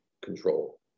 control